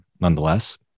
nonetheless